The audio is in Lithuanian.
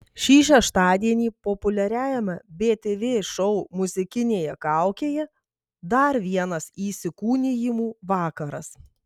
šį šeštadienį populiariajame btv šou muzikinėje kaukėje dar vienas įsikūnijimų vakaras